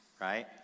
right